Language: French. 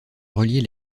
relier